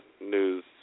news